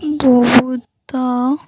ବହୁତ